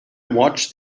watched